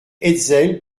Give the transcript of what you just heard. hetzel